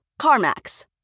CarMax